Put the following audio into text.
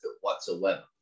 whatsoever